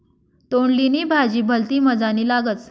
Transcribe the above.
तोंडली नी भाजी भलती मजानी लागस